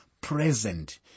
present